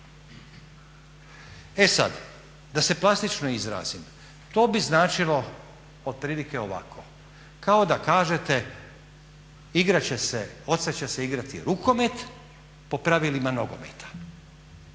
E sad, da se plastično izrazim, to bi značilo otprilike ovako, kao da kažete igrat će se, odsad će se igrati rukomet po pravilima nogometa.